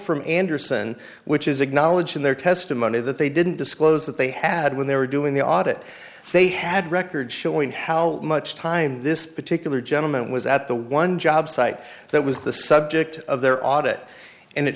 from anderson which is acknowledged in their testimony that they didn't disclose that they had when they were doing the audit they had records showing how much time this particular gentleman was at the one job site that was the subject of their audit and it